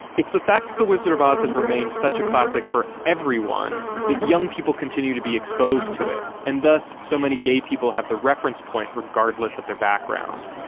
it's the fact that the wizard of oz has remained such a classic for everyone that young people continue to be exposed to it. and thus so many gay people have the reference point regardless of their background.